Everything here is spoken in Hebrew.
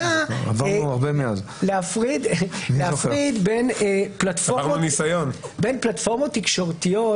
הייתה להפריד בין פלטפורמות תקשורתיות